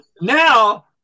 now